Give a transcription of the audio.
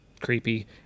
creepy